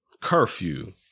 curfew